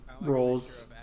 roles